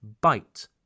bite